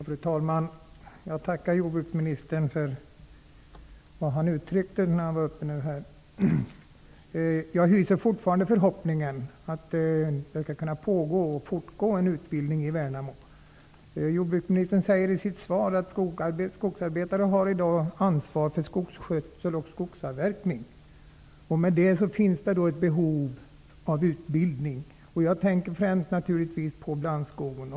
Fru talman! Jag tackar jordbruksministern för det han nyss sade. Jag hyser fortfarande förhoppningen att det skall kunna fortgå en utbildning i Värnamo. Jordbruksministern sade i sitt svar att skogsarbetare i dag har ansvar för skogsskötsel och skogsavverkning. Därmed finns det ett behov av utbildning. Jag tänker naturligtvis främst på blandskogen.